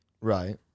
right